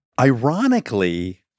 Ironically